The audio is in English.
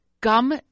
gum